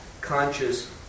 conscious